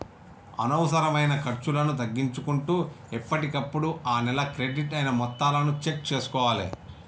అనవసరమైన ఖర్చులను తగ్గించుకుంటూ ఎప్పటికప్పుడు ఆ నెల క్రెడిట్ అయిన మొత్తాలను చెక్ చేసుకోవాలే